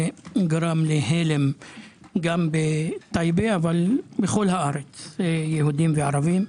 גרם להלם גם בטייבה אבל בכל הארץ, יהודים וערבים.